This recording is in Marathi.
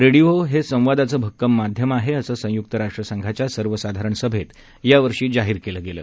रेडिओ हे संवादाचं भक्कम माध्यम आहे असं संयुक्तराष्ट्र संघाच्या सर्व साधारण सभेत या वर्षी जाहीर करण्यात आलं